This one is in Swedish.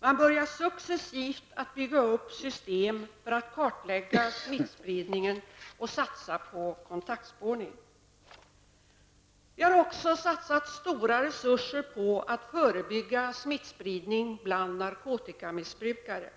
Man börjar successivt bygga upp system för att kartlägga smittspridningen och satsar på kontaktspårning. Vi har också satsat stora resurser på att förebygga smittspridning bland narkotikamissbrukare.